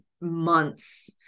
months